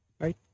right